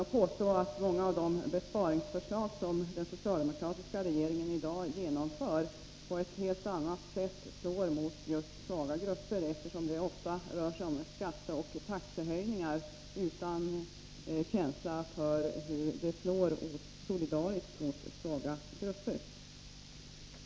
Jag påstår att många av de besparingsförslag som den socialdemokratiska regeringen i dag genomför slår hårt mot just s.k. svaga grupper. Det rör sig ju ofta om skatteoch taxehöjningar, och dessa drabbar just de svaga grupperna hårdast.